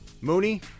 Mooney